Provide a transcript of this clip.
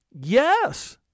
Yes